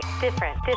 different